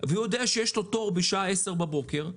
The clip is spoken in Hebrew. והוא יודע שיש לו תור בשעה 10:00 בבוקר,